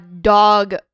dog